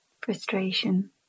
frustration